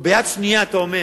וביד שנייה אתה אומר